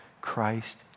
Christ